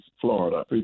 Florida